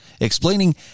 explaining